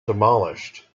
demolished